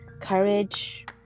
courage